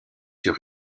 sur